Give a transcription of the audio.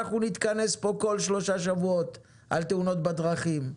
אנחנו נתכנס פה כל שלושה שבועות על תאונות בדרכים,